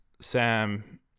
Sam